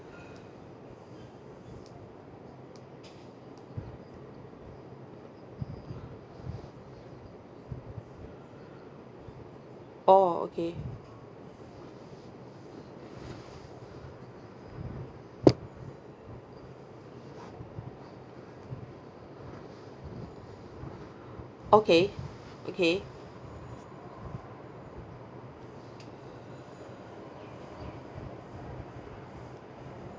orh okay okay okay